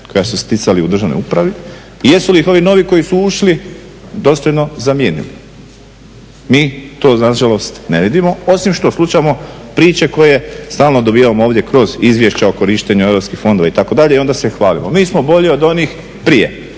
koja su sticali u državnoj upravi i jesu li ovi novi koji su ušli dostojno zamijenili? Mi to na žalost ne vidimo osim što slušamo priče koje stalno dobivamo ovdje kroz izvješća o korištenju europskih fondova itd. i onda se hvalimo. Mi smo bolji od onih prije,